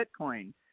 Bitcoin